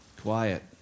Quiet